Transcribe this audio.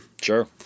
Sure